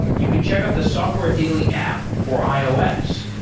you could check out the software daily app for ios.